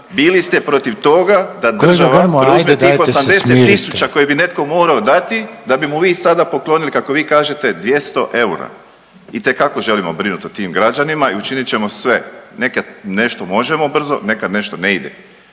Kolega Grmoja, ajde, dajte se smirite./... 80 tisuća koje bi netko morao dati da bi mu vi sada poklonili, kako vi kažete, 200 eura. Itekako želimo brinuti o tim građanima i učinit ćemo sve, nekad nešto možemo brzo, nekad nešto ne ide.